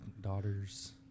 daughters